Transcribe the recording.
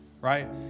right